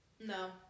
No